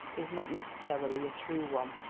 is not necessarily a true one.